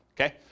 okay